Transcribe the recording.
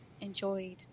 enjoyed